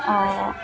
অঁ